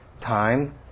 time